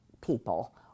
people